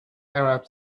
arab